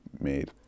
made